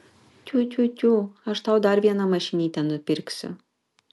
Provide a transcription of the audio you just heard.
tiu tiu tiū aš tau dar vieną mašinytę nupirksiu